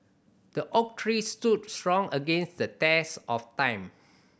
the oak tree stood strong against the test of time